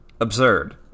Absurd